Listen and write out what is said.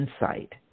insight